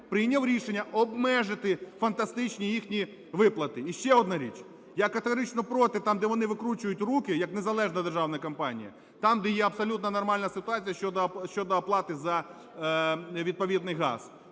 прийняв рішення обмежити фантастичні їхні виплати. І ще одна річ. Я категорично проти – там, де вони викручують руки як незалежна державна компанія, там, де є абсолютно нормальна ситуація щодо оплати за відповідний газ.